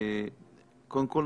קודם כול,